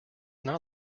not